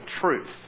truth